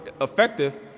effective